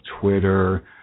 Twitter